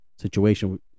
situation